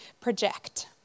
project